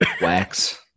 wax